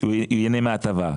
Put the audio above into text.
הוא ייהנה מההטבה.